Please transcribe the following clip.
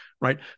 right